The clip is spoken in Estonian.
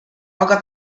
aga